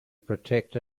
protect